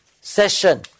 session